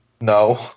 No